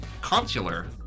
consular